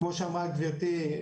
כמו שאמרה גבירתי,